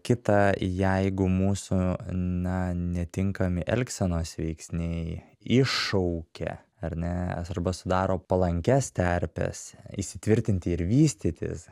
kita jeigu mūsų na netinkami elgsenos veiksniai iššaukia ar ne arba sudaro palankias terpes įsitvirtinti ir vystytis